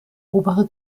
obere